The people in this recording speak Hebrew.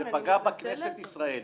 זה פגע בכנסת ישראל.